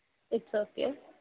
its okay